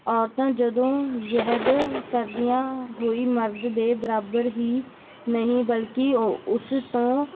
ਔਰਤਾਂ ਜੱਦੋ ਜਹਿਦ ਕਰਦੀਆਂ ਹੋਈ ਮਰਦ ਦੇ ਬਰਾਬਰ ਹੀ ਨਹੀਂ ਬਲਕਿ ਓ ਉਸ ਤੋਂ